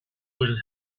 will